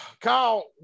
Kyle